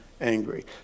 angry